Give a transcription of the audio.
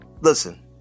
Listen